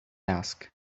ask